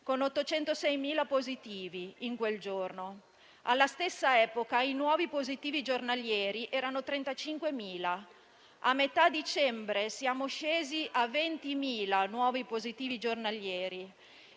(806.000 positivi); alla stessa epoca i nuovi positivi giornalieri erano 35.000. A metà dicembre siamo scesi a 20.000 nuovi positivi giornalieri